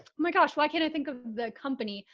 my gosh, why can't i think of the company?